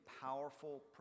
powerful